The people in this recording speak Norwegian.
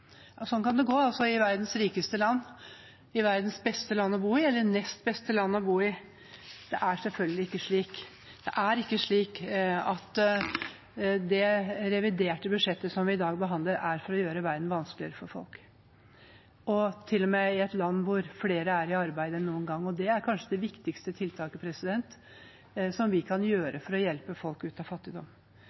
er ikke slik at det reviderte budsjettet som vi i dag behandler, er laget for å gjøre verden vanskeligere for folk. Vi bor i et land der flere er i arbeid enn noen gang, og å få folk i arbeid er kanskje det viktigste tiltaket for å hjelpe folk ut av fattigdom.